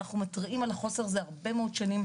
אנחנו מתריעים על החוסר הזה הרבה מאוד שנים,